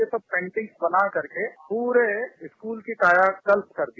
यह सब पेंटिंग बनाकर के पूरे स्कूल की कायाकल्प कर दिया